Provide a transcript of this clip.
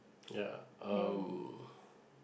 ya uh